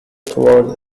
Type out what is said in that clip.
toward